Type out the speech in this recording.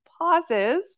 pauses